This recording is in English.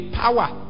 power